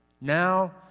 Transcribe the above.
Now